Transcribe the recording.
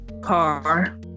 car